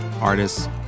artists